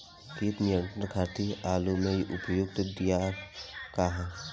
कीट नियंत्रण खातिर आलू में प्रयुक्त दियार का ह?